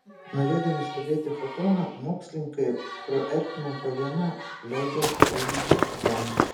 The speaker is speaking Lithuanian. norėdami stebėti fotoną mokslininkai pro ertmę po vieną leido rubidžio atomus